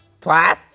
Twice